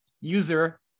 user